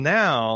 now